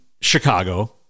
Chicago